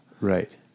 Right